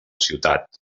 ciutat